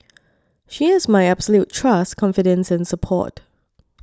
she has my absolute trust confidence and support